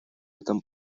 этом